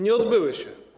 Nie odbyły się.